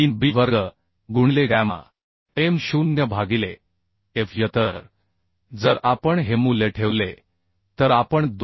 3 b वर्ग गुणिले gamma m0 भागिले f y तर जर आपण हे मूल्य ठेवले तर आपण 2